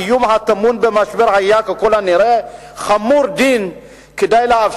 האיום הטמון במשבר היה ככל הנראה חמור דיו לאפשר